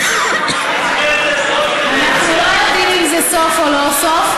אנחנו לא יודעים אם זה סוף או לא סוף.